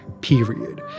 period